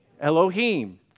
Elohim